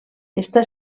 està